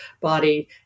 body